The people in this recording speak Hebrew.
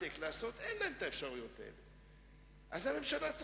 והתחלתי לעשות אותו, עד שהמשטרה